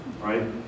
Right